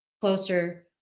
closer